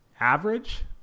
average